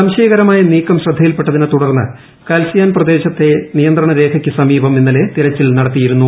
സംശയകരമായ നീക്കം ശ്രദ്ധയിൽപ്പെട്ടതിനെ തുടർന്ന് കാൽസിയാൻ പ്രദേശത്തെ നിയന്ത്രണരേഖയ്ക്കു സമീപം ഇന്നലെ തെരച്ചിൽ നടത്തിയിരുന്നു